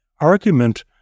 argument